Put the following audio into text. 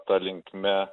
ta linkme